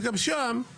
וגם שם, לדאבוני,